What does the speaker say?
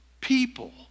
people